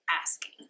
asking